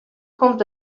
komt